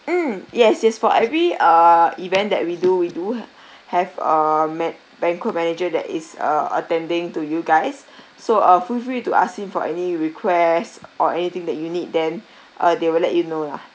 mm yes yes for every err event that we do we do have a ma~ banquet manager that is uh attending to you guys so uh feel free to ask him for any requests or anything that you need then uh they will let you know lah